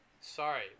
Sorry